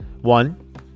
one